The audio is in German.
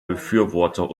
befürworter